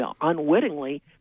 unwittingly